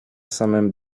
samym